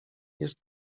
jest